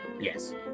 Yes